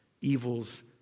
evil's